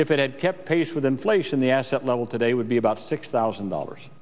if it had kept pace with inflation the asset level today would be about six thousand dollars